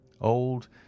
old